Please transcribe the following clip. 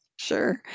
Sure